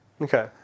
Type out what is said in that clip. Okay